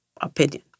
opinion